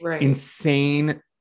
insane